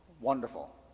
wonderful